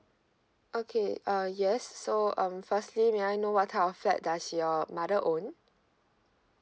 okay uh yes so um firstly may I know what type of flat that your mother own